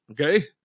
Okay